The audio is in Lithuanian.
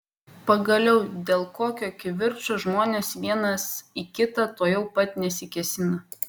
pagaliau dėl kokio kivirčo žmonės vienas į kitą tuojau pat nesikėsina